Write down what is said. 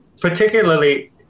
particularly